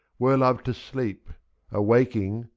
were love to sleep, a awaking,